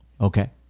okay